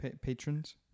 patrons